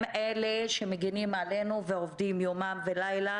הם אלה שמגנים עלינו ועובדים יומם ולילה,